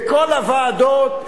בכל הוועדות.